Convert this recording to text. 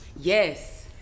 Yes